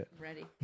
ready